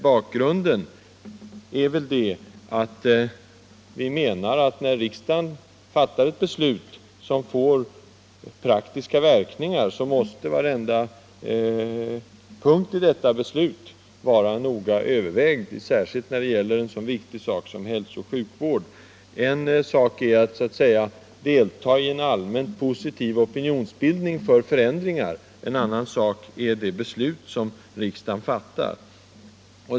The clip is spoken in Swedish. Bakgrunden är väl att vi menar att när riksdagen fattar ett beslut som får praktiska verkningar måste varenda punkt i detta beslut vara noga övervägd, särskilt när det gäller ett så viktigt område som hälso och sjukvård. En sak är att delta i en allmänt positiv opinionsbildning för förändringar, en annan sak är det beslut som riksdagen fattar.